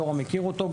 יורם גם מכיר אותו,